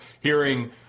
hearing